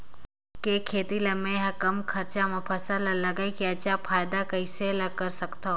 के खेती ला मै ह कम खरचा मा फसल ला लगई के अच्छा फायदा कइसे ला सकथव?